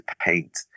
paint